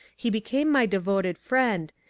he became my devoted friend,